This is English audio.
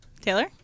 Taylor